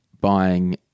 buying